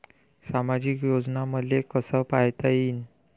सामाजिक योजना मले कसा पायता येईन?